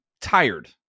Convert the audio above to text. tired